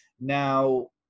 Now